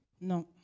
non